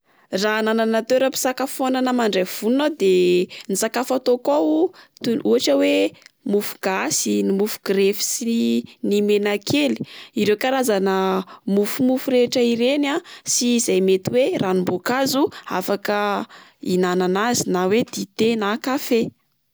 Raha nanana toeram-pisakafoanana mandray vonona aho de ny sakafo ataoko ao toy ny ohatra oe ny mofo gasy, ny mofo grefy sy ny ny menakely. Ireo karazana mofomofo rehetra ireny a sy izay mety oe ranom-boakazo afaka hinanana azy na oe dite na kafe.